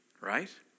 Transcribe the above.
right